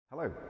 Hello